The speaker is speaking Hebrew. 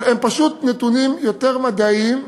אבל הם פשוט נתונים יותר מדעיים,